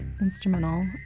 instrumental